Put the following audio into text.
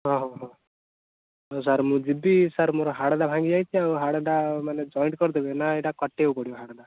ହଁ ହଁ ହଉ ହଁ ସାର୍ ମୁଁ ଯିବି ସାର୍ ମୋର ହାଡ଼ଟା ଭାଙ୍ଗିଯାଇଛି ଆଉ ହାଡ଼ଟା ମାନେ ଯଏଣ୍ଟ କରିଦେବେ ନା ନା ଏଇଟା କଟାଇବାକୁ ପଡ଼ିବ ହାଡ଼ଟା